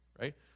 right